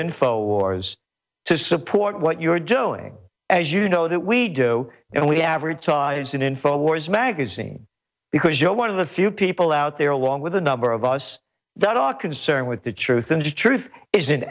info wars to support what you're doing as you know that we do and we average sized info wars magazine because you know one of the few people out there along with a number of us that are concerned with the truth of the truth is